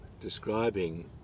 describing